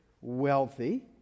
wealthy